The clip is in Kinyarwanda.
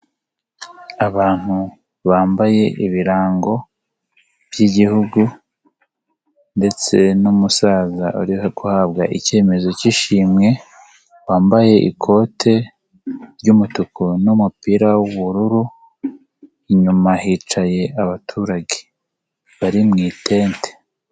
Abantu bambaye ibirango by'igihugu ndetse n'umusaza uri guhabwa icyemezo cy'ishimwe, wambaye ikote ry'umutuku n'umupira w'ubururu, inyuma hicaye abaturage bari mu itente.